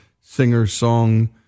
singer-song